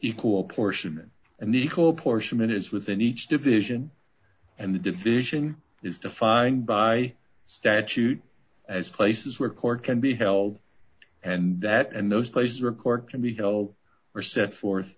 equal portion an equal portion that is within each division and the division is defined by statute as places where court can be held and that and those places record can be held or set forth